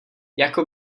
jako